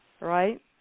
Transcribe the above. Right